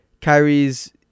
Kyrie's